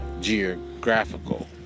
geographical